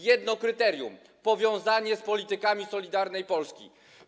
Jedno kryterium: powiązanie z politykami Solidarnej Polski.